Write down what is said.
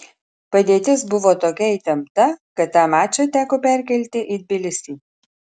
padėtis buvo tokia įtempta kad tą mačą teko perkelti į tbilisį